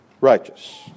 righteous